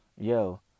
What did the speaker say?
Yo